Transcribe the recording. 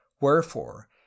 wherefore